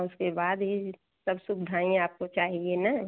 उसके बाद ही सब सुविधाएँ आपको चाहिए ना